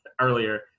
earlier